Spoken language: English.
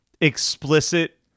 explicit